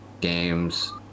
games